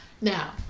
Now